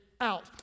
out